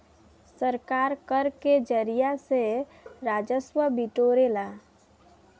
सरकार कर के जरिया से राजस्व बिटोरेला